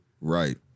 Right